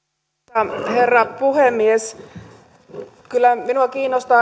arvoisa herra puhemies kyllä minua kiinnostaa